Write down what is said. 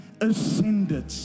ascended